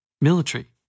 military